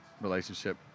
relationship